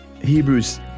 Hebrews